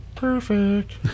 Perfect